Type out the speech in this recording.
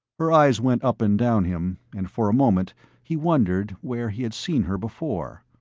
her eyes went up and down him, and for a moment he wondered where he had seen her before.